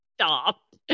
Stop